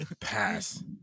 Pass